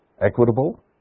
Equitable